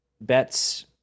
bets